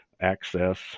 access